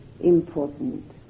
important